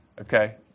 Okay